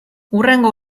hurrengo